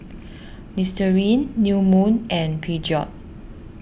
Listerine New Moon and Peugeot